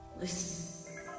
Listen